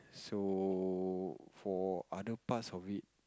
so for other parts of it